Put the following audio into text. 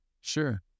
sure